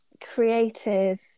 creative